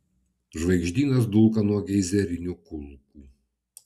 žvaigždynas dulka nuo geizerinių kulkų